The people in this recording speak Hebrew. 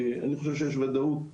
אני חושב שיש ודאות של